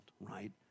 right